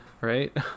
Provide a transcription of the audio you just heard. Right